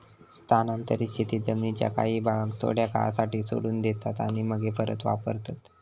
स्थानांतरीत शेतीत जमीनीच्या काही भागाक थोड्या काळासाठी सोडून देतात आणि मगे परत वापरतत